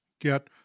get